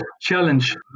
challenge